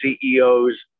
CEOs